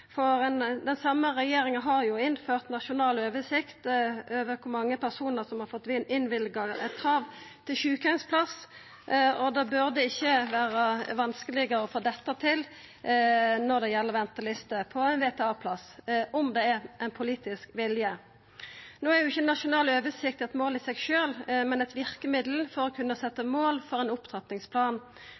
argument, for den same regjeringa har innført ei nasjonal oversikt over kor mange personar som har fått innvilga krav til sjukeheimsplass. Det burde ikkje vera vanskelegare å få til dette når det gjeld ventelister på VTA-plass – om det er politisk vilje. Ei nasjonal oversikt er ikkje eit mål i seg sjølv, men eit verkemiddel for å kunna setja mål for ein opptrappingsplan.